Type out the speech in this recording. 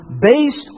based